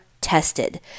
tested